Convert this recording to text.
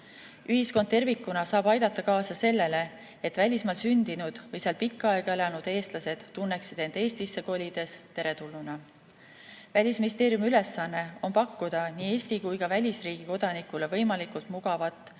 Ühiskond tervikuna saab aidata kaasa sellele, et välismaal sündinud või seal pikka aega elanud eestlased tunneksid end Eestisse kolides teretulnuna. Välisministeeriumi ülesanne on pakkuda nii Eesti kui ka välisriigi kodanikule võimalikult mugavat